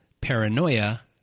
paranoia